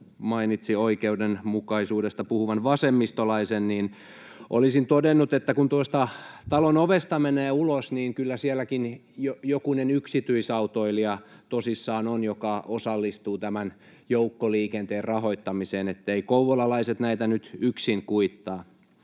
mainitsi oikeudenmukaisuudesta puhuvan vasemmistolaisen, olisin todennut, että kun tuosta talon ovesta menee ulos, niin kyllä sielläkin tosissaan jokunen yksityisautoilija on, joka osallistuu tämän joukkoliikenteen rahoittamiseen, että eivät kouvolalaiset näitä nyt yksin kuittaa.